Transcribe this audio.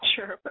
Sure